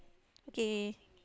okay